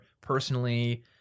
personally